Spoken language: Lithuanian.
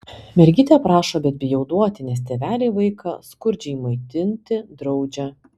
mergytė prašo bet bijau duoti nes tėveliai vaiką skurdžiai maitinti draudžia